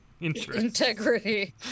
integrity